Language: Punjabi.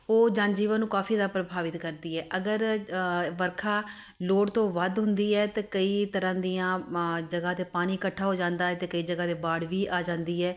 ਉਹ ਜਨਜੀਵਨ ਨੂੰ ਕਾਫੀ ਜ਼ਿਆਦਾ ਪ੍ਰਭਾਵਿਤ ਕਰਦੀ ਹੈ ਅਗਰ ਵਰਖਾ ਲੋੜ ਤੋਂ ਵੱਧ ਹੁੰਦੀ ਹੈ ਤਾਂ ਕਈ ਤਰ੍ਹਾਂ ਦੀਆਂ ਮ ਜਗ੍ਹਾ 'ਤੇ ਪਾਣੀ ਇਕੱਠਾ ਹੋ ਜਾਂਦਾ ਹੈ ਅਤੇ ਕਈ ਜਗ੍ਹਾ 'ਤੇ ਬਾੜ ਵੀ ਆ ਜਾਂਦੀ ਹੈ